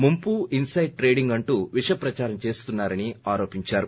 ముంపు inside trading అంటూ విష ప్రచారం చేస్తున్నా రని ఆరోపించారు